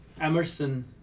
Emerson